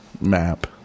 map